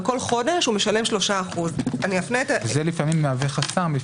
וכל חודש הוא משלם 3%. זה לפעמים מהווה חסם.